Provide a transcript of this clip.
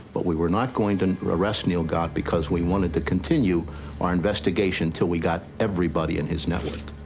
but we were not going to arrest neil gott, because we wanted to continue our investigation till we got everybody in his network.